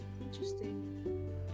interesting